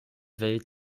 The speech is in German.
welt